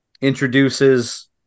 introduces